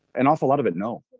an awful lot of it? no,